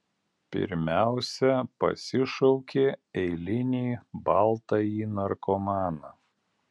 pirmiausia pasišauki eilinį baltąjį narkomaną